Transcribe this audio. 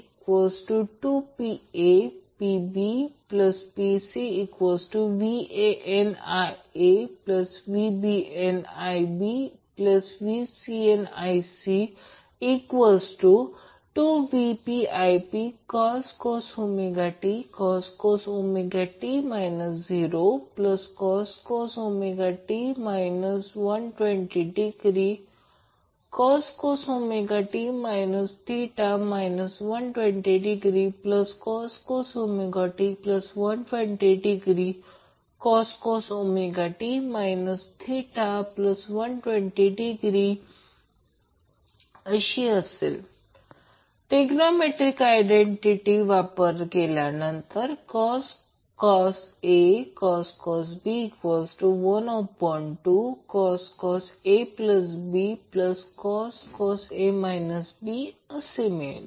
ppapbpcvANiavBNibvCNic 2VpIpcos tcos ω t θcos ω t 120°cos ω t θ 120° cos ω t120°cos ω t θ120° trigonometric identity ट्रि ग्नॉमेट्रिकवापर केल्यानंतर cos A cos B 12cos ABcos असे मिळेल